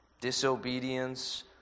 disobedience